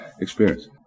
experience